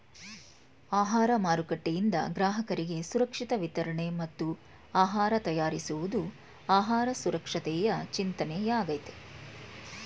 ಆಹಾರ ಮಾರುಕಟ್ಟೆಯಿಂದ ಗ್ರಾಹಕರಿಗೆ ಸುರಕ್ಷಿತ ವಿತರಣೆ ಮತ್ತು ಆಹಾರ ತಯಾರಿಸುವುದು ಆಹಾರ ಸುರಕ್ಷತೆಯ ಚಿಂತನೆಯಾಗಯ್ತೆ